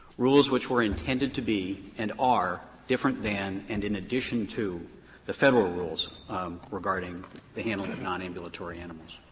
rules which were intended to be and are different than and in addition to the federal rules regarding the handling of nonambulatory animals.